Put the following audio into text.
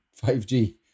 5G